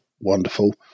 wonderful